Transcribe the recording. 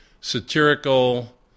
satirical